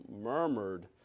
murmured